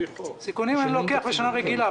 סיכונים אני לוקח בשנה רגילה.